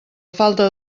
falta